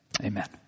amen